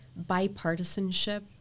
bipartisanship